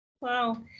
Wow